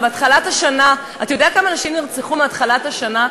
אתה יודע כמה נשים נרצחו מתחילת השנה?